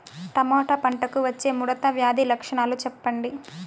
Tomato పంటకు వచ్చే ముడత వ్యాధి లక్షణాలు చెప్పండి?